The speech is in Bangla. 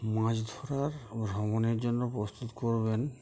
মাছ ধরার ভ্রমণের জন্য প্রস্তুত করবেন